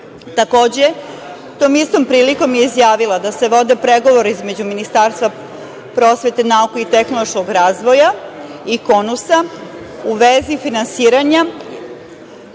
tom istom prilikom je izjavila da se vode pregovori između Ministarstva prosvete, nauke i tehnološkog razvoja i KONUS u vezi finansiranja